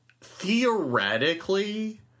theoretically